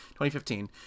2015